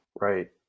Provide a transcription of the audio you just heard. Right